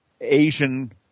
Asian